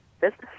business